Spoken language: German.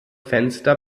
fenster